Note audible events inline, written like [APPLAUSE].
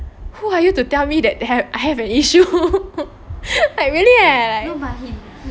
who are you to tell me that I have an issue [LAUGHS] like really leh